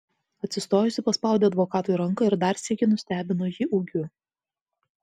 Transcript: atsistojusi paspaudė advokatui ranką ir dar sykį nustebino jį ūgiu